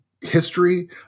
history